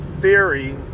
theory